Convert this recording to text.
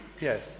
Yes